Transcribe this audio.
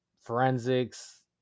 forensics